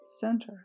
center